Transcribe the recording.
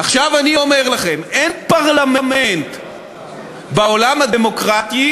עכשיו, אני אומר לכם: אין פרלמנט בעולם הדמוקרטי